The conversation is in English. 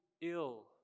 ill